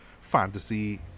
fantasy